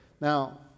Now